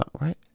right